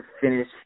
finish